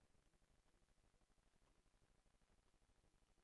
לנשיאות, כן להציף את